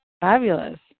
Fabulous